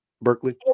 Berkeley